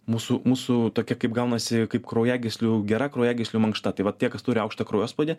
mūsų mūsų tokia kaip gaunasi kaip kraujagyslių gera kraujagyslių mankšta tai vat tie kas turi aukštą kraujospūdį